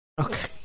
Okay